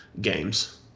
games